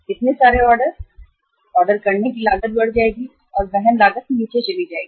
इतने सारे order order करने की लागत बढ़ जाएगी और वहन लागत नीचे चली जाएगी